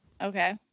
Okay